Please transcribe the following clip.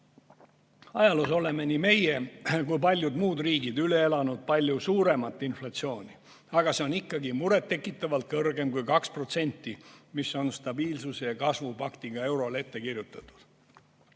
Ajaloos oleme nii meie kui paljud muud riigid üle elanud palju suuremat inflatsiooni, aga see on ikkagi muret tekitavalt kõrgem kui 2%, mis on stabiilsuse ja kasvu paktiga eurole ette kirjutatud.